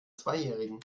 zweijährigen